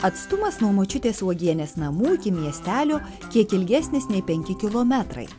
atstumas nuo močiutės uogienės namų iki miestelio kiek ilgesnis nei penki kilometrai